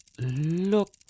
look